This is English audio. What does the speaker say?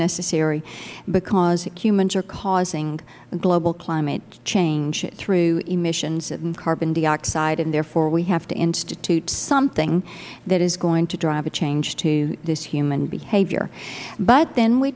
necessary because humans are causing a global climate change through emissions and carbon dioxide and therefore we have to institute something that is going to drive a change to this human behavior but then we